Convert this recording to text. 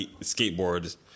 skateboards